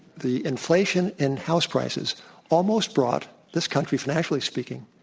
the inflation in house prices almost brought this country, financially speaking,